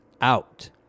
out